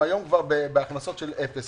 הם היום כבר בהכנסות של אפס.